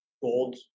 gold